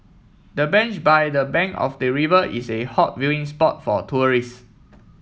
the bench by the bank of the river is a hot viewing spot for tourist